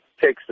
takes